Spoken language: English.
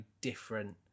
different